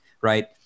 right